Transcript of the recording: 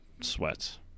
sweats